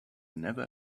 never